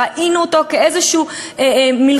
ראינו אותו כאיזו מלחמה,